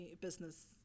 business